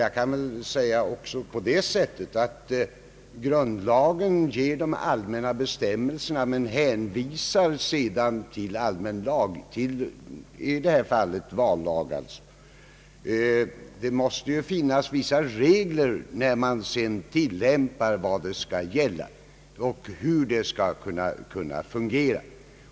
Jag kan också uttrycka mig på det sättet att grundlagen ger de allmänna bestämmelserna, men därutöver hänvisar till allmän lag, i detta fall vallagen. Det måste finnas vissa tillämpningsregler, för att det hela skall kunna fungera.